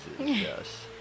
Yes